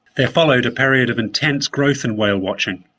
there followed a period of intense growth in whale watching.